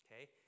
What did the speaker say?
okay